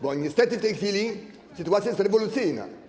Bo niestety w tej chwili sytuacja jest rewolucyjna.